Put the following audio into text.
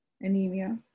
anemia